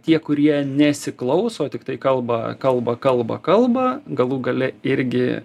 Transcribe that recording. o tie kurie nesiklauso tiktai kalba kalba kalba kalba galų gale irgi